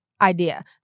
idea